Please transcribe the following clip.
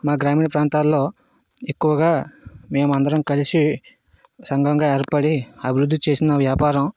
మా గ్రామీణ ప్రాంతాల్లో ఎక్కువగా మేము అందరం కలిసి సంఘంగా ఏర్పడి అభివృద్ధి చేసిన వ్యాపారం